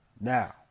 now